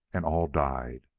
and all died.